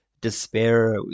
despair